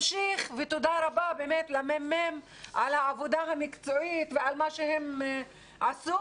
תודה רבה באמת לממ"מ על העבודה המקצועית ועל מה שהם עשו.